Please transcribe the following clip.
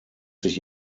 sich